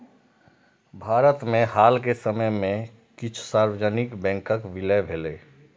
भारत मे हाल के समय मे किछु सार्वजनिक बैंकक विलय भेलैए